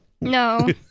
No